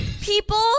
People